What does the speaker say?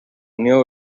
unió